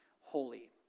holy